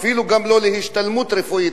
אפילו גם לא להשתלמות רפואית,